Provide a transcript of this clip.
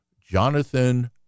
Jonathan